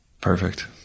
Perfect